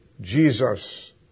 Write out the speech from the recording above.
Jesus